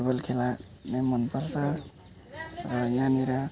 foot बल खेला नै मन पर्छ यहाँनेर